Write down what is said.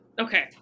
Okay